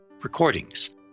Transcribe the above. recordings